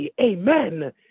Amen